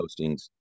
postings